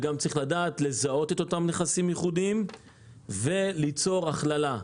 צריך גם לדעת לזהות את אותם נכסים ייחודיים וליצור הכללה.